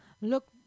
look